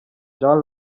jean